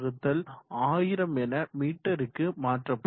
41000 என மீட்டருக்கு மாற்றப்படும்